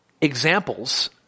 examples